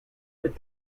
with